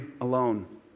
alone